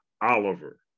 Oliver